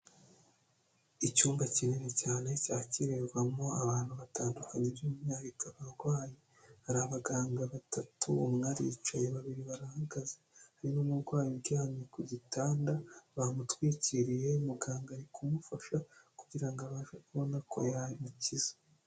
icyumba kinini cyane cyakirirwamo abantu batandukanye by'umwihariko abarwayi hari abaganga batatu umwe aricaye babiri barahagaze hari n'umurwayi uryamye ku gitanda bamutwikiriye muganga ari kumufasha kugira ngo abashe kubona ko yamukiza